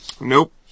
Nope